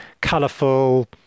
colourful